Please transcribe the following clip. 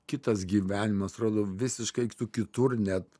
kitas gyvenimas rodo visiškai kitur net